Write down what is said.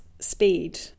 speed